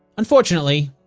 unfortunately,